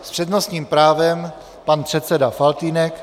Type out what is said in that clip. S přednostním právem pan předseda Faltýnek.